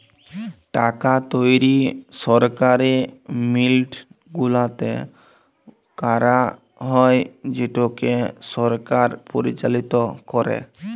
টাকা তৈরি সরকারি মিল্ট গুলাতে ক্যারা হ্যয় যেটকে সরকার পরিচালিত ক্যরে